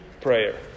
prayer